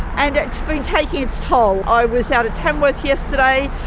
and it's been taking its toll. i was out at tamworth yesterday,